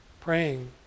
Praying